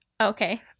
Okay